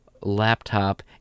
laptop